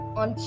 on